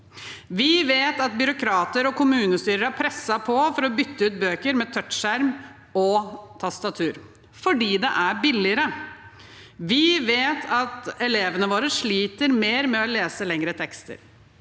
Vi vet at byråkrater og kommunestyrer har presset på for å bytte ut bøker med touchskjerm og tastatur fordi det er billigere. Vi vet at elevene våre sliter mer med å lese lengre tekster.